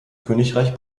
königreich